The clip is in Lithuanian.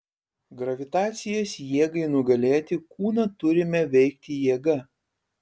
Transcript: gravitacijos jėgai nugalėti kūną turime veikti jėga